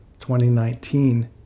2019